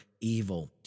evil